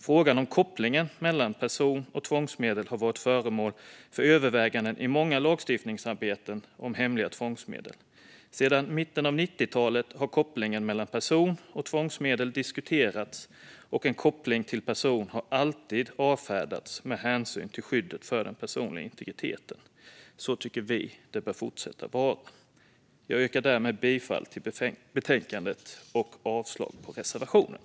Frågan om kopplingen mellan person och tvångsmedel har varit föremål för överväganden i många lagstiftningsarbeten om hemliga tvångsmedel. Sedan mitten av 90talet har kopplingen mellan person och tvångsmedel diskuterats, och en koppling till person har alltid avfärdats med hänsyn till skyddet för den personliga integriteten. Så tycker vi att det bör fortsätta vara. Jag yrkar därmed bifall till förslaget i betänkandet och avslag på reservationerna.